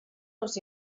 els